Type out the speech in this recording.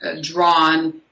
drawn